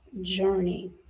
journey